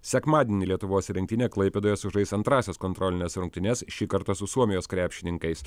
sekmadienį lietuvos rinktinė klaipėdoje sužais antrąsias kontrolines rungtynes šį kartą su suomijos krepšininkais